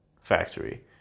factory